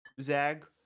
zag